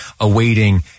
awaiting